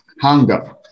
hunger